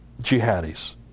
jihadis